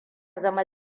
zama